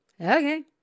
okay